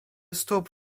stóp